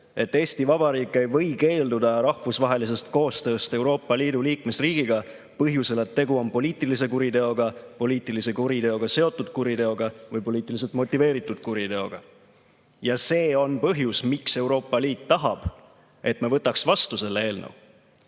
et Eesti Vabariik ei või keelduda rahvusvahelisest koostööst Euroopa Liidu liikmesriigiga põhjusel, et tegu on poliitilise kuriteoga, poliitilise kuriteoga seotud kuriteoga või poliitiliselt motiveeritud kuriteoga. Ja see on põhjus, miks Euroopa Liit tahab, et me võtaks vastu selle eelnõu.